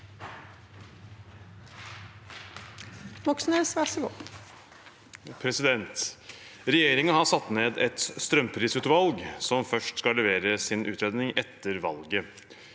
«Regjeringen har satt ned et strømprisutvalg som først skal levere sin utredning etter valget.